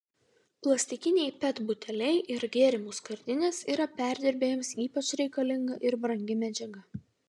plastikiniai pet buteliai ir gėrimų skardinės yra perdirbėjams ypač reikalinga ir brangi medžiaga